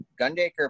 Gundaker